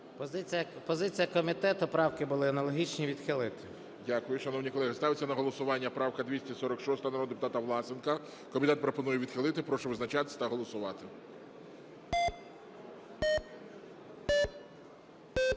Позиція комітету: правки були аналогічні, відхилити. ГОЛОВУЮЧИЙ. Дякую, шановні колеги. Ставиться на голосування правка 246 народного депутата Власенка. Комітет пропонує відхилити. Прошу визначатися та голосувати.